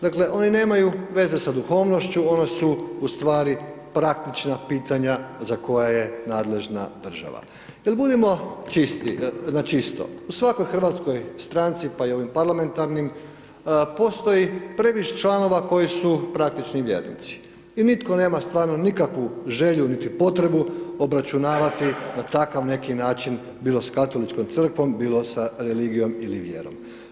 Dakle, oni nemaju veze sa duhovnošću, oni su ustvari praktična pitanja za koja je nadležna država, jel budimo na čisto, u svakoj hrvatskoj stranci, pa i u ovim parlamentarnim, postoji pregršt članova koji su praktični vjernici i nitko nema stvarno nikakvu želju niti potrebu obračunavati na takav neki način bilo s Katoličkom crkvom, bilo sa religijom ili vjerom.